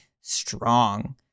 strong